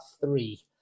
three